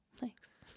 thanks